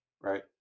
Right